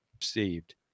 perceived